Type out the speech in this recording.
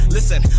Listen